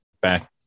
back